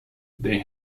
they